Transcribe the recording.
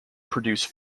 produced